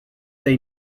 they